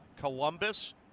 Columbus